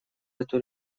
эту